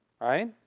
right